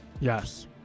Yes